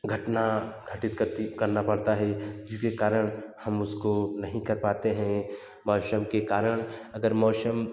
घटना घटित करती करना पड़ता है जिसके कारण हम उसको नहीं कर पाते है मौसम के कारण अगर मौसम